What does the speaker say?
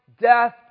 death